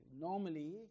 Normally